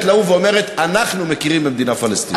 לאו"ם ואומרת: אנחנו מכירים במדינה פלסטינית.